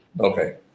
Okay